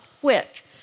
quick